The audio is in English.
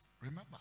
Remember